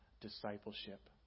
discipleship